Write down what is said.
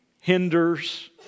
hinders